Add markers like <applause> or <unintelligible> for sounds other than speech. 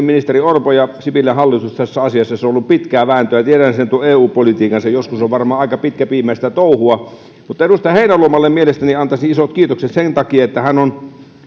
<unintelligible> ministeri orpo ja sipilän hallitus tässä asiassa se on ollut pitkää vääntöä tiedän sen tuon eu politiikan se joskus on varmaan aika pitkäpiimäistä touhua mutta edustaja heinäluomalle mielestäni antaisin isot kiitokset sen takia että hän